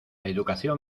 educación